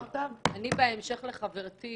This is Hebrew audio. בהמשך לדברי חברתי